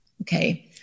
okay